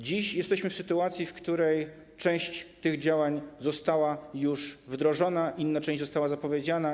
Dziś jesteśmy w sytuacji, w której część tych działań została już wdrożona, inna część została zapowiedziana.